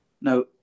Now